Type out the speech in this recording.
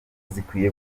zikwiye